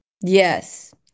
Yes